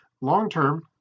long-term